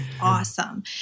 awesome